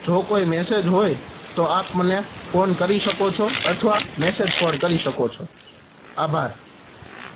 જો કોઈ મેસેજ હોય તો આપ મને ફોન કરી શકો છો અથવા મેસેજ પણ કરી શકો છો આભાર